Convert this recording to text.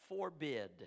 forbid